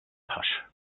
pasch